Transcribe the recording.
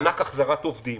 מענק החזרת עובדים.